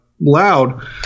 loud